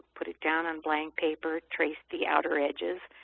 put it down on blank paper, trace the outer edges.